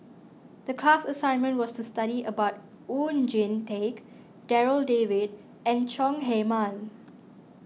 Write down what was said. the class assignment was to study about Oon Jin Teik Darryl David and Chong Heman